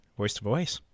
voice-to-voice